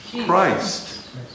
Christ